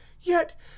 Yet